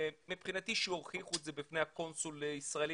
מבחינתי שיוכיחו את זה בפני הקונסול הישראלי